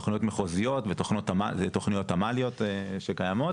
תכניות מחוזיות ותכניות תמ"ליות שקיימות,